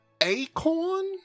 Acorn